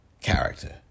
character